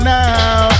now